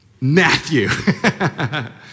Matthew